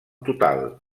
total